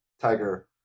Tiger